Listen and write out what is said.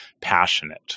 passionate